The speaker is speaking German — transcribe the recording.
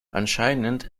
anscheinend